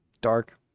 Dark